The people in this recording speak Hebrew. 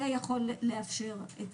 זה יכול לאפשר את